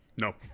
no